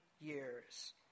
years